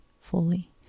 fully